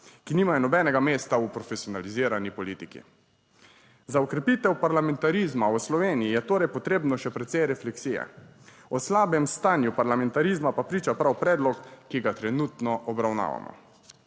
ki nimajo nobenega mesta v profesionalizirani politiki. Za okrepitev parlamentarizma v Sloveniji je torej potrebno še precej refleksije. O slabem stanju parlamentarizma pa priča prav predlog, ki ga trenutno obravnavamo.